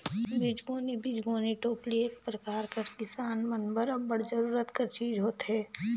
बीजगोनी बीजगोनी टोपली एक परकार कर किसान मन बर अब्बड़ जरूरत कर चीज होथे